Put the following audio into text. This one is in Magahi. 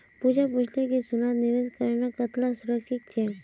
पूजा पूछले कि सोनात निवेश करना कताला सुरक्षित छे